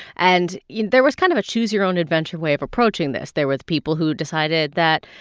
and, you know, there was kind of a choose your own adventure way of approaching this. there were the people who decided that,